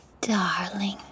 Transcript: darling